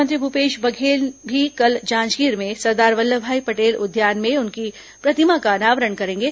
मुख्यमंत्री भूपेश बघेल भी कल जांजगीर में सरदार वल्लभभाई पटेल उद्यान में उनकी प्रतिमा का अनावरण करेंगे